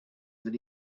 that